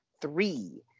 three